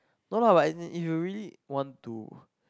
no lah but as in if you really want to